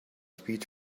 speech